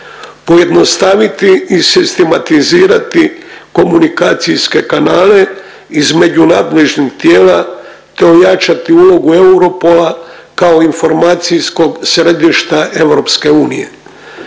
pojednostaviti i sistematizirati komunikacijske kanale između nadležnih tijela te ojačati ulogu Europola kao informacijskog središta EU.